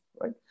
right